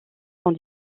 sont